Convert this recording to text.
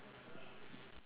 personal